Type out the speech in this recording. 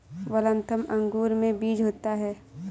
Waltham अंगूर में बीज होता है